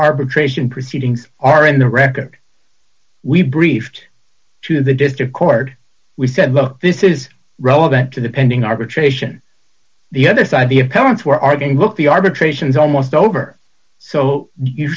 arbitration proceedings are in the record we've briefed to the district court we said look this is relevant to the pending arbitration the other side the appellant were arguing look the arbitration is almost over so you